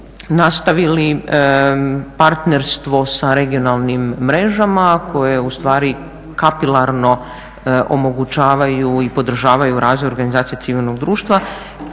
nastavili partnerstvo sa regionalnim mrežama koje u stvari kapilarno omogućavaju i podržavaju razvoj organizacija civilnog društva